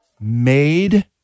made